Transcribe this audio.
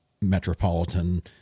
metropolitan